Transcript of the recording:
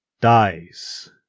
dies